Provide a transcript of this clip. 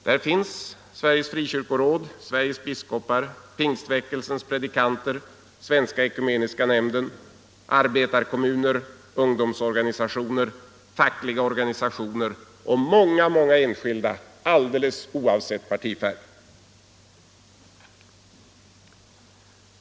Där finns Sveriges frikyrkoråd, Sveriges biskopar, pingstväckelsens predikanter, Svenska ekumeniska nämnden, arbetarekommuner, ungdomsorganisationer, fackliga organisationer och många många enskilda, alldeles oavsett partifärg.